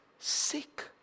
Sick